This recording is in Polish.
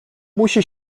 musi